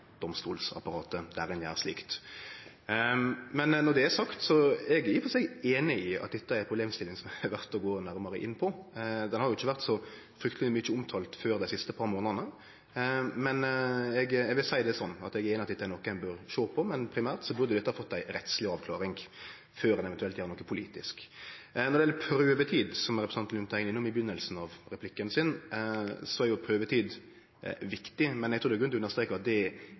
domstolsapparatet, der ein gjer slikt. Men når det er sagt: Eg er i og for seg einig i at dette er ei problemstilling som det er verdt å gå nærmare inn på. Den har ikkje vore så veldig mykje omtalt før dei siste par månadene, men eg vil seie det sånn at eg er einig i at dette er noko ein bør sjå på, men primært burde dette fått ei rettsleg avklaring før ein eventuelt gjer noko politisk. Når det gjeld prøvetid, som representanten Lundteigen er innom i byrjinga av replikken sin, så er jo det viktig, men eg trur det er grunn til å understreke at det er